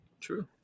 True